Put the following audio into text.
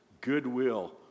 goodwill